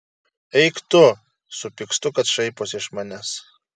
eik tu supykstu kad šaiposi iš manęs